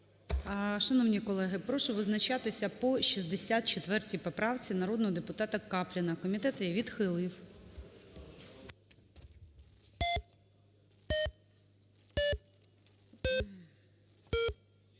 Шановні колеги, прошу визначатися по 64 поправці народного депутата Капліна, комітет її відхилив. 13:34:05